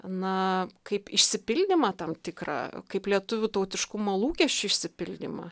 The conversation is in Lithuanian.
na kaip išsipildymą tam tikrą kaip lietuvių tautiškumo lūkesčių išsipildymą